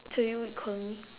so they would call me